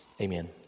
Amen